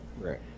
Right